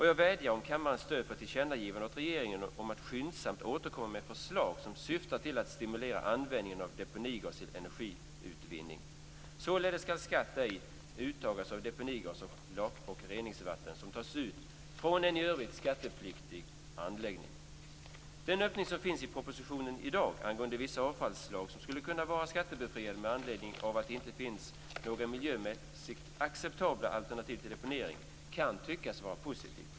Jag vädjar om kammarens stöd för ett tillkännagivande åt regeringen om att skyndsamt återkomma med förslag som syftar till att stimulera användningen av deponigas till energiutvinning. Således skall skatt ej uttas av deponigas och lak och reningsvatten som tas ut från en i övrigt skattepliktig anläggning. Den öppning som finns i propositionen i dag angående vissa avfallsslag som skulle kunna vara skattebefriade med anledning av att det inte i dag finns några miljömässiga acceptabla alternativ till deponering kan tyckas vara positiv.